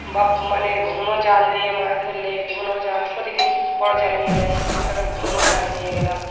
বা মানে ঘন জাল দিয়ে মাছ ধরলে ঘনও জাল প্রতিদিন বড় জাল নিয়ে যায় সেদিনকে তো ঘনও জাল নিয়ে গেলাম